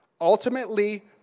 ultimately